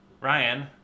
Ryan